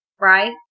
right